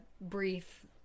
brief